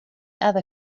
other